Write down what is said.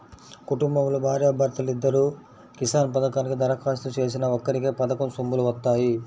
కుటుంబంలో భార్యా భర్తలిద్దరూ కిసాన్ పథకానికి దరఖాస్తు చేసినా ఒక్కరికే పథకం సొమ్ములు వత్తాయి